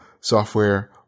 software